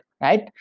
right